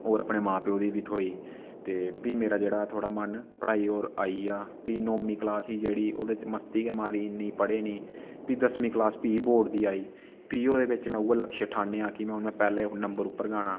होर अपने मां प्यो बी थ्होई ते फ्ही मेरा जेह्ड़ा थोह्ड़ा मन पढ़ाई होर आई गेआ फ्ही नौमीं क्लास ही जेह्ड़ी ओह्दे च मस्ती गै मारी इन्नी पढ़े नि फ्ही दसमीं क्लास फ्ही बोर्ड दी आई फ्ही ओह्दे बिच्च में उ'ऐ लक्ष्य ठानेआ कि में हून में पैह्ले नम्बर उप्पर गै आना